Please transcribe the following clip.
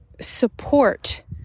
support